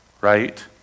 right